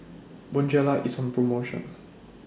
Bonjela IS on promotion